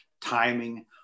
timing